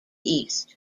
east